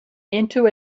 into